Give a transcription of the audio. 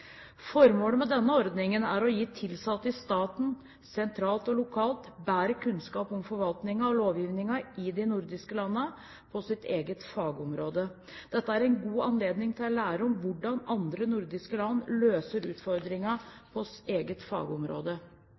Formålet med denne ordningen er å gi ansatte i staten, sentralt og lokalt, bedre kunnskap om forvaltningen og lovgivningen i de nordiske landene på sitt eget fagområde. Dette er en god anledning til å lære om hvordan andre nordiske land løser utfordringen på eget fagområde.